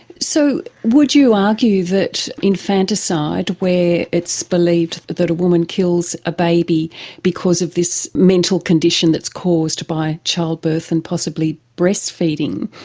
so would you argue that infanticide where it's believed that a woman kills a baby because of this mental condition that's caused by childbirth and possibly breastfeeding,